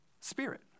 spirit